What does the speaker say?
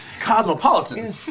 Cosmopolitan